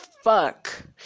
Fuck